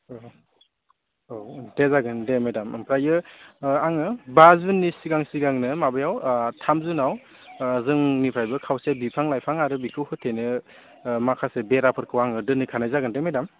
औ औ दे जागोन दे मेदाम ओमफ्राय आङो बा जुननि सिगां सिगांनो माबायाव थाम जुनाव जोंनिफ्रायबो खावसे बिफां लाइफां आरो बेखौ होथेनो माखासे बेराफोरखौ आङो दोनहैखानाय जागोन दे मेदाम